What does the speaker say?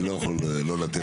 אני לא יכול לא לתת לה.